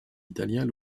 italien